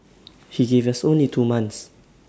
he gave us only two months